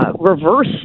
reverse